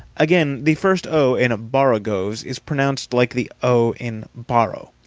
again, the first o in borogoves is pronounced like the o in borrow.